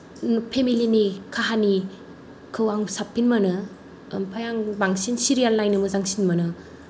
फेमिलिनि काहानिखौ आं साबसिन मोनो ओमफ्राय आं बांसिन सिरियेल नायनो मोजांसिन मोनो